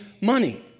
money